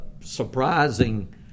surprising